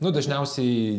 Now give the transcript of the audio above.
nu dažniausiai